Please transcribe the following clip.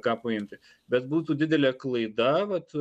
ką paimti bet būtų didelė klaida vat